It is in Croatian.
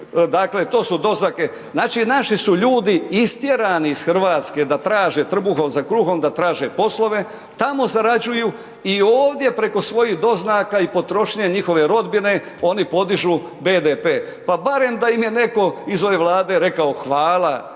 Hrvatske od doznaka? Znači naši su ljudi istjerani iz Hrvatske da traže trbuhom za kruhom, da traže poslove, tamo zarađuju i ovdje preko svojih doznaka i potrošnje njihove rodbine oni podižu BDP. Pa bar da im je neko iz ove Vlade rekao hvala